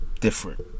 Different